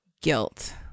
guilt